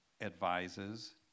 advises